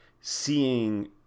seeing